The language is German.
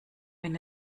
wenn